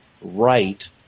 right